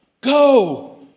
Go